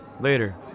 later